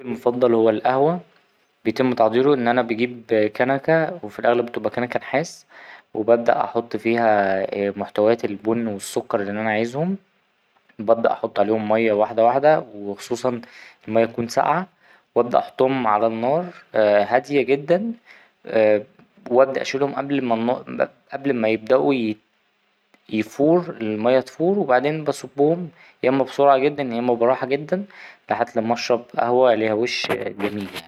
المفضل هو القهوة، بيتم تحضيره إن أنا بجيب كنكه وفي الأغلب بتبقى كنكه نحاس وببدأ احط فيها محتويات البن والسكر اللي أنا عايزهم وببدأ أحط عليهم مايه واحدة واحدة وخصوصا المايه تكون ساقعة وأبدأ أحطهم على النار هادية جدا وابدأ أشيلهم قبل ما يبدأوا يت ـ يفور المايه تفور وبعدين بصبهم يا إما بسرعة جدا يا إما براحة جدا لحد ما أشرب قهوة ليها وش جميل يعني.